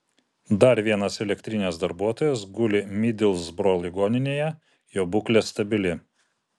dar vienas elektrinės darbuotojas guli midlsbro ligoninėje jo būklė stabili